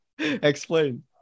explain